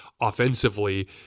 offensively